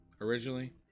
Originally